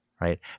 Right